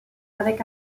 avec